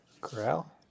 Corral